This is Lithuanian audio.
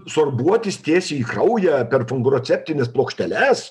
sorbuotis tiesiai į kraują per fungroceptines plokšteles